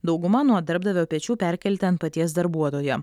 dauguma nuo darbdavio pečių perkelti ant paties darbuotojo